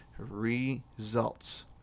Results